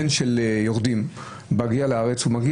עיקרון היסוד במדינת ישראל הוא לא שכל אזרח מצביע.